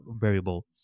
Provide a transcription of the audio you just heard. variable